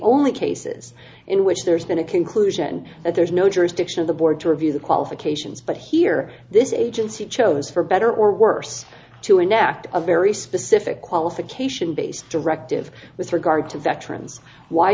only cases in which there's been a conclusion that there's no jurisdiction of the board to review the qualifications but here this is agency chose for better or worse to enact a very specific qualification based directive with regard to veterans why